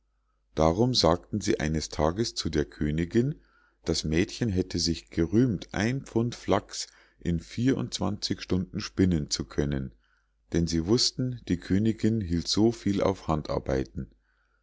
darum sagten sie eines tages zu der königinn das mädchen hätte sich gerühmt ein pfund flachs in vier und zwanzig stunden spinnen zu können denn sie wussten die königinn hielt so viel auf handarbeiten